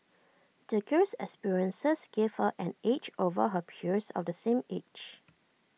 the girl's experiences gave her an edge over her peers of the same age